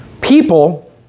People